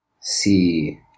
see